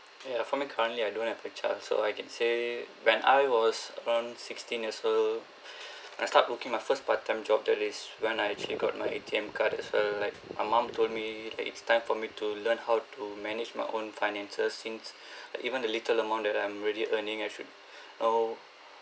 ya for me currently I don't have a child so I can say when I was around sixteen years old I start working my first part-time job that is when I actually got my A_T_M card as well like my mom told me like it's time for me to learn how to manage my own finances since even the little amount that I'm already earning I should know